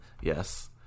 Yes